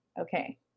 okay